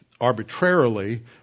arbitrarily